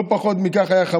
לא פחות חמור מכך היה,